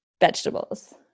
vegetables